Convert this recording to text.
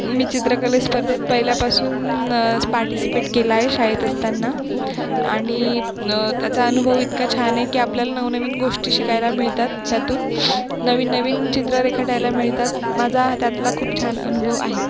मी चित्रकले स्पर्धेत पहिल्यापासून पार्टीसिपेट केलं आहे शाळेत असताना आणि त्याचा अनुभव इतका छान आहे की आपल्याला नवनवीन गोष्टी शिकायला मिळतात त्यातून नवीन नवीन चित्रं रेखायटायला मिळतात माझा हा त्यातला खूप छान अनुभव आहे